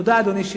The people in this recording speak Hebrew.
תודה, אדוני,